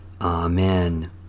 Amen